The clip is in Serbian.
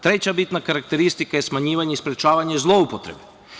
Treća bitna karakteristika je smanjivanje i sprečavanje zloupotrebe.